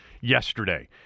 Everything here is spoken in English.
yesterday